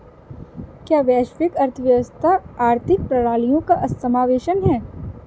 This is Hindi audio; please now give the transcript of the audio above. क्या वैश्विक अर्थव्यवस्था आर्थिक प्रणालियों का समावेशन है?